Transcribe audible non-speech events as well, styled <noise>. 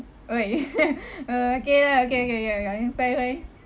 !oi! <laughs> uh okay lah okay okay ya ya then fine fine